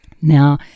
Now